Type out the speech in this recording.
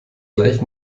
gleich